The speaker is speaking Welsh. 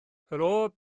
helo